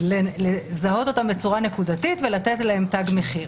לזהות אותן בצורה נקודתית ולתת עליהן תג מחיר.